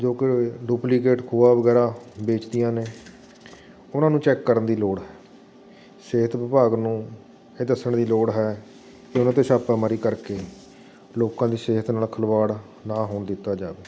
ਜੋ ਕਿ ਡੁਪਲੀਕੇਟ ਖੋਆ ਵਗੈਰਾ ਵੇਚਦੀਆਂ ਨੇ ਉਹਨਾਂ ਨੂੰ ਚੈੱਕ ਕਰਨ ਦੀ ਲੋੜ ਹੈ ਸਿਹਤ ਵਿਭਾਗ ਨੂੰ ਇਹ ਦੱਸਣ ਦੀ ਲੋੜ ਹੈ ਕਿ ਉਹਨਾਂ 'ਤੇ ਛਾਪਾਮਾਰੀ ਕਰਕੇ ਲੋਕਾਂ ਦੀ ਸਿਹਤ ਨਾਲ ਖਿਲਵਾੜ ਨਾ ਹੋਣ ਦਿੱਤਾ ਜਾਵੇ